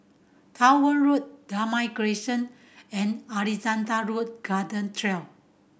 Truro Road Damai Crescent and Alexandra Road Garden Trail